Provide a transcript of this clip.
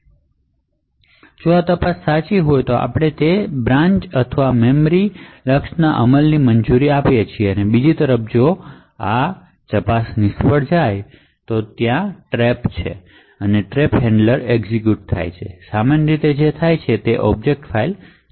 હવે જો આ તપાસ સાચી હોય તો આપણે તે બ્રાન્ચ અથવા મેમરી ને અમલની મંજૂરી આપીએ છીએ બીજી તરફ જો આ તપાસ નિષ્ફળ જાય છે તો ત્યાં ટ્રેપ છે અને ટ્રેપ હેન્ડલર એક્ઝેક્યુટ થાય છે સામાન્ય રીતે જે થાય છે તે છે કે ઑબ્જેક્ટ ફાઇલ સમાપ્ત થઈ જશે